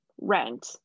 rent